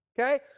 Okay